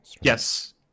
Yes